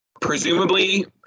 presumably